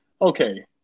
okay